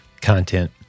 content